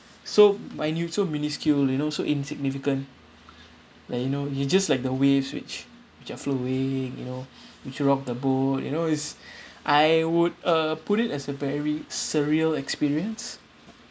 so minute so minuscule you know so insignificant that you know you just like the waves which which are flowing you know which rock the boat you know it's I would uh put it as a very surreal experience